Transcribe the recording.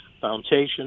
Foundation